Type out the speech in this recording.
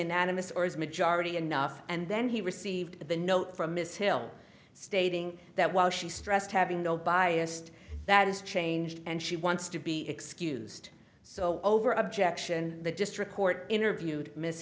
anonymous or is majority enough and then he received the note from ms hill stating that while she stressed having no biased that is changed and she wants to be excused so over objection the district court interviewed miss